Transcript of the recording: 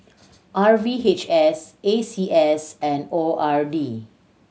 R V H S A C S and O R D